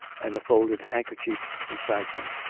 and a folded handkerchief beside them.